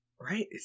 Right